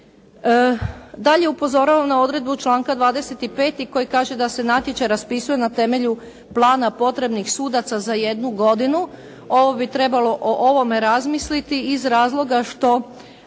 Dalje, upozoravam na odredbu članka 25. koji kaže da se natječaj raspisuje na temelju plana potrebnih sudaca za jednu godinu. Ovo bi trebalo o ovome razmisliti iz razloga što